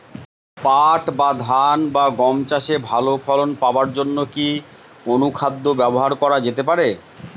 পাট বা ধান বা গম চাষে ভালো ফলন পাবার জন কি অনুখাদ্য ব্যবহার করা যেতে পারে?